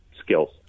skills